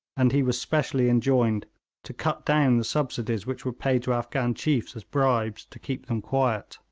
and he was specially enjoined to cut down the subsidies which were paid to afghan chiefs as bribes to keep them quiet.